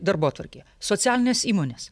darbotvarkė socialinės įmonės